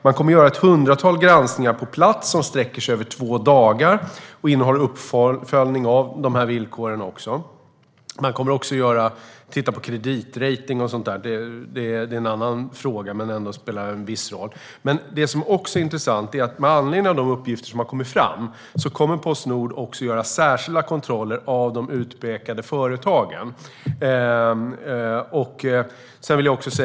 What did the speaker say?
Man kommer att göra ett hundratal granskningar på plats som sträcker sig över två dagar och ska innehålla uppföljning av villkoren. Man kommer också att titta på kreditrating och sådant. Det är en annan fråga, men den spelar ändå en viss roll. Det som också är intressant är att med anledning av de uppgifter som har kommit fram kommer Postnord att göra särskilda kontroller av de utpekade företagen.